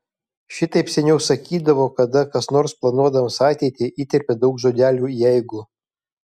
šitaip seniau sakydavo kada kas nors planuodamas ateitį įterpia daug žodelių jeigu